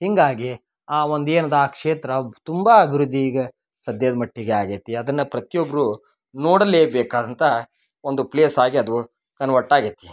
ಹೀಗಾಗಿ ಆ ಒಂದೇನದ ಆ ಕ್ಷೇತ್ರ ತುಂಬ ಅಭಿವೃದ್ಧಿ ಈಗ ಸದ್ಯದ ಮಟ್ಟಿಗೆ ಆಗ್ಯೆತಿ ಅದನ್ನು ಪ್ರತಿ ಒಬ್ಬರು ನೋಡಲೇ ಬೇಕಾದಂಥ ಒಂದು ಪ್ಲೇಸ್ ಆಗಿ ಅದು ಕನ್ವರ್ಟ್ ಆಗೈತಿ